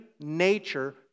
nature